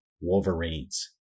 Wolverines